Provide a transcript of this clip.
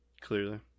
Clearly